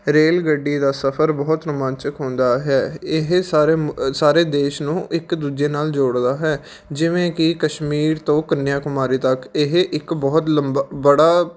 rail ਗੱਡੀ ਦਾ ਸਫਰ ਬਹੁਤ ਰੋਂਮਾਚਕ ਹੁੰਦਾ ਹੈ ਇਹ ਸਾਰ ਸਾਰੇ ਦੇਸ਼ ਨੂੰ ਇੱਕ ਦੂਜੇ ਨਾਲ ਜੋੜਦਾ ਹੈ ਜਿਵੇਂ ਕਿ ਕਸ਼ਮੀਰ ਤੋਂ ਕੰਨਿਆ ਕੁਮਾਰੀ ਤੱਕ ਇਹ ਇੱਕ ਬਹੁਤ ਲੰਬਾ ਬੜਾ